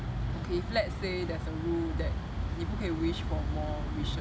okay if let's say there's a rule that 你不可以 wish for more wishes